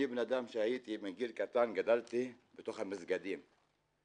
אני מגיל קטן גדלתי בתוך המסגדים,